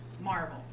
Marvel